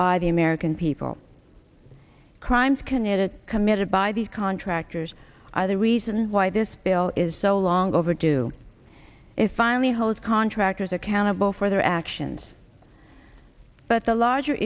by the american people crimes committed committed by the contractors are the reason why this bill is so long overdue is finally home as contractors accountable for their actions but the larger